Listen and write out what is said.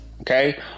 Okay